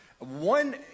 One